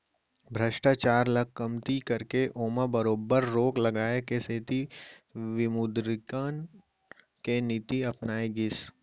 भस्टाचार ल कमती करके ओमा बरोबर रोक लगाए के सेती विमुदरीकरन के नीति अपनाए गिस